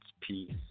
peace